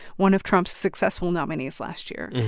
one of trump's successful nominees last year,